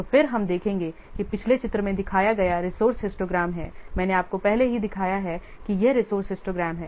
तो फिर हम देखेंगे कि पिछले चित्र में दिखाया गया रिसोर्से हिस्टोग्राम है मैंने आपको पहले ही दिखाया है कि यह रिसोर्से हिस्टोग्राम है